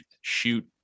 shoot